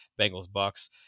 Bengals-Bucks